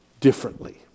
differently